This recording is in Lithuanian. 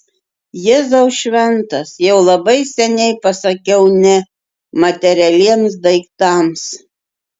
jėzau šventas jau labai seniai pasakiau ne materialiems daiktams